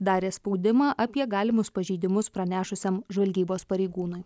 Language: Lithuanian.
darė spaudimą apie galimus pažeidimus pranešusiam žvalgybos pareigūnui